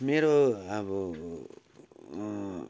मेरो अब